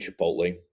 Chipotle